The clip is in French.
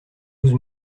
douze